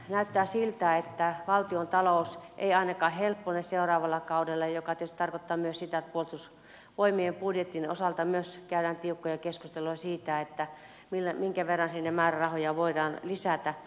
näyttää siltä että valtiontalous ei ainakaan helpotu seuraavalla kaudella mikä tietysti tarkoittaa myös sitä että puolustusvoimien budjetin osalta myös käydään tiukkoja keskusteluja siitä minkä verran sinne määrärahoja voidaan lisätä